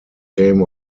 game